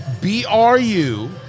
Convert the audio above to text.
B-R-U